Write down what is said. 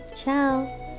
ciao